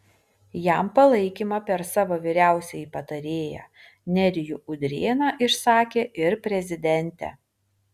jam palaikymą per savo vyriausiąjį patarėją nerijų udrėną išsakė ir prezidentė